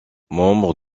membre